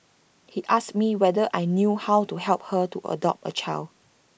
he asked me whether I knew how to help her to adopt A child